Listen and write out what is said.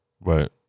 right